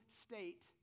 state